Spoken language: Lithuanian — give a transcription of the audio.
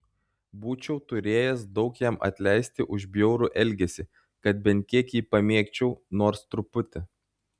būčiau turėjęs daug jam atleisti už bjaurų elgesį kad bent kiek jį pamėgčiau nors truputį